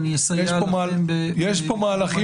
ואני אסייע לכם ב- -- יש פה מהלכים